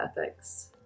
ethics